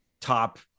top